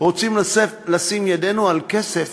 רוצים לשים ידינו על כסף